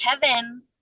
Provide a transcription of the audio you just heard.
Kevin